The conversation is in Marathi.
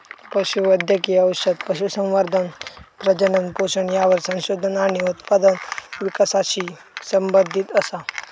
पशु वैद्यकिय औषध, पशुसंवर्धन, प्रजनन, पोषण यावर संशोधन आणि उत्पादन विकासाशी संबंधीत असा